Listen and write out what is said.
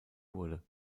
wurde